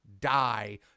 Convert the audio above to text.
die